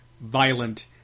violent